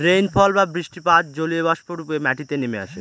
rainfall বা বৃষ্টিপাত জলীয়বাষ্প রূপে মাটিতে নেমে আসে